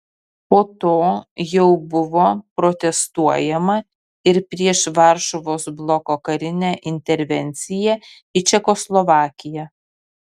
po to jau buvo protestuojama ir prieš varšuvos bloko karinę intervenciją į čekoslovakiją